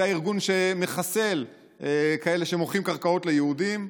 זה הארגון שמחסל כאלה שמוכרים קרקעות ליהודים,